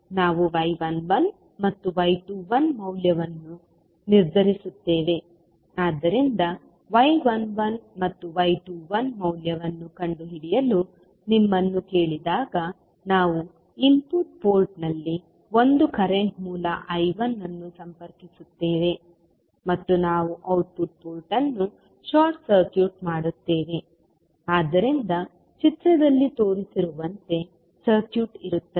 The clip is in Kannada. ನಾವು y11 ಮತ್ತು y21 ಮೌಲ್ಯವನ್ನು ನಿರ್ಧರಿಸುತ್ತೇವೆ ಆದ್ದರಿಂದ y11 ಮತ್ತು y21 ಮೌಲ್ಯವನ್ನು ಕಂಡುಹಿಡಿಯಲು ನಿಮ್ಮನ್ನು ಕೇಳಿದಾಗ ನಾವು ಇನ್ಪುಟ್ ಪೋರ್ಟ್ನಲ್ಲಿ ಒಂದು ಕರೆಂಟ್ ಮೂಲ I1 ಅನ್ನು ಸಂಪರ್ಕಿಸುತ್ತೇವೆ ಮತ್ತು ನಾವು ಔಟ್ಪುಟ್ ಪೋರ್ಟ್ ಅನ್ನು ಶಾರ್ಟ್ ಸರ್ಕ್ಯೂಟ್ ಮಾಡುತ್ತೇವೆ ಆದ್ದರಿಂದ ಚಿತ್ರದಲ್ಲಿ ತೋರಿಸಿರುವಂತೆ ಸರ್ಕ್ಯೂಟ್ ಇರುತ್ತದೆ